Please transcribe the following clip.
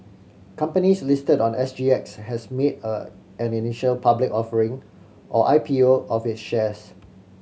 companies listed on S G X has made a an initial public offering or I P O of its shares